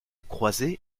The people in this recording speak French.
croisée